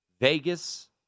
Vegas